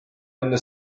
enne